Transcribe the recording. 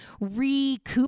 recoup